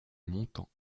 montant